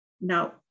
now